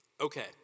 Okay